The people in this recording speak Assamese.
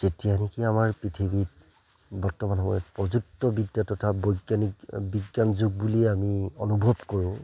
যেতিয়া নেকি আমাৰ পৃথিৱীত বৰ্তমান সময়ত প্ৰযুক্তিবিদ্যা তথা বৈজ্ঞানিক বিজ্ঞান যুগ বুলি আমি অনুভৱ কৰোঁ